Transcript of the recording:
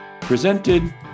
presented